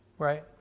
Right